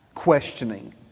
questioning